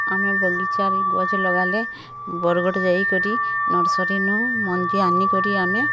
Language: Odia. ଆମେ ବଗିଚାରେ ଗଛ୍ ଲଗାଲେ ବରଗଡ଼ ଯାଇ କରି ନର୍ସରୀନୁ ମଞ୍ଜି ଆଣି କରି ଆମେ